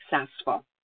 successful